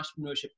entrepreneurship